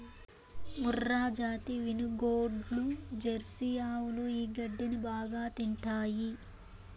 మూర్రాజాతి వినుగోడ్లు, జెర్సీ ఆవులు ఈ గడ్డిని బాగా తింటాయి